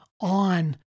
on